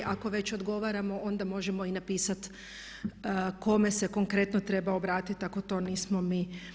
Ako već odgovaramo onda možemo i napisati kome se konkretno treba obratiti ako to nismo mi.